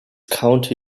county